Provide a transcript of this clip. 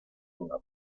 ciudad